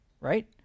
right